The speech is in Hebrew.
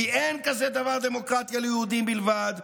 כי אין כזה דבר דמוקרטיה ליהודים בלבד,